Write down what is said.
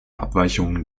abweichungen